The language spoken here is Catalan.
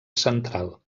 central